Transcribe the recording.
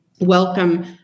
welcome